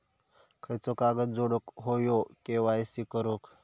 खयचो कागद जोडुक होयो के.वाय.सी करूक?